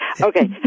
Okay